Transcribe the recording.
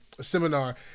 seminar